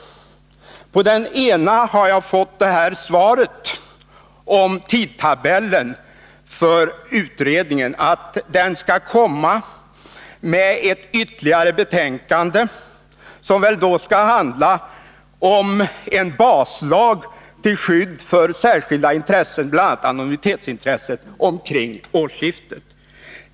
På den ena har jag fått svaret om tidtabellen för utredningen. Kring halvårsskiftet 1982 skall det komma ytterligare ett betänkande, som väl då skall handla om en baslag till skydd för särskilda intressen, bl.a. anonymitetsintresset.